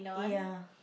ya